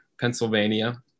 Pennsylvania